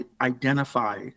identify